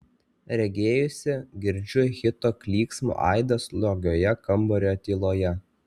regėjosi girdžiu hito klyksmo aidą slogioje kambario tyloje